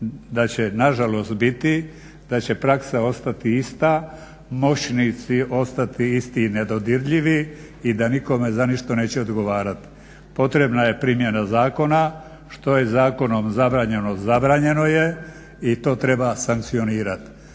da će nažalost biti da će praksa ista, moćnici ostati isti i nedodirljivi i da nikome za ništa neće odgovarati. Potrebna je primjena zakona, što je zakonom zabranjeno, zabranjeno je i to treba sankcionirati.